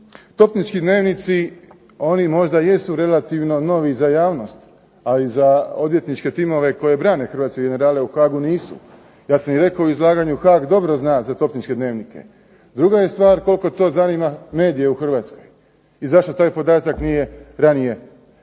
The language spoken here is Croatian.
Topnički dnevnici, oni možda jesu relativno novi za javnost, ali za odvjetničke timove koji brane hrvatske generale u Haagu nisu. Ja sam i rekao u izlaganju Haag dobro zna za topničke dnevnike. Druga je stvar koliko to zanima medije u Hrvatskoj i zašto taj podatak nije ranije iznesen.